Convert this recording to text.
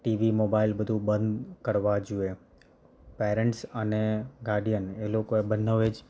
TV mobile બધું બંધ કરવા જોઈએ પેરેન્ટ્સ અને ગાર્ડિયન એ લોકો બંને એ જ